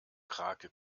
krake